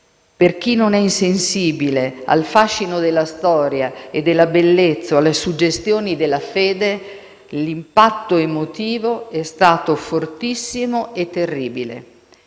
Per chi non è insensibile al fascino della storia e della bellezza o alle suggestioni della fede, l'impatto emotivo è stato fortissimo e terribile.